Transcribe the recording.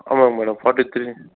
ஆமாம் madam forty three